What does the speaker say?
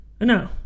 No